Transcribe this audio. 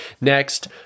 Next